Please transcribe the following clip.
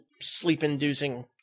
sleep-inducing